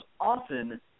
often